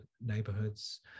neighborhoods